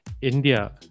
India